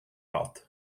out